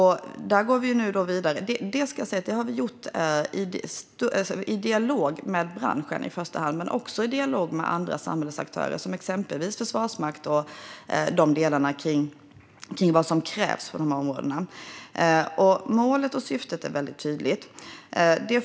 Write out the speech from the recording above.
Det har vi gjort i dialog med i första hand branschen men också med andra samhällsaktörer, exempelvis Försvarsmakten och de delarna i fråga om vad som krävs på de områdena. Målet och syftet är tydligt.